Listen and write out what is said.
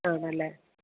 ആണല്ലേ